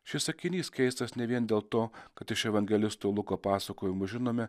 šis sakinys keistas ne vien dėl to kad iš evangelisto luko pasakojimų žinome